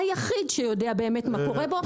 והיחיד שיודע באמת מה קורה לו,